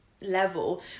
level